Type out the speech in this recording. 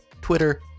Twitter